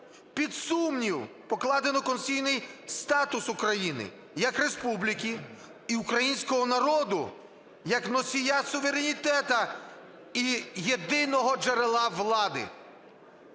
Під сумнів покладено конституційний статус України як республіки і українського народу як носія суверенітету і єдиного джерела влади.